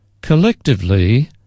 Collectively